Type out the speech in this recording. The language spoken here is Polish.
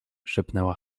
szepnęła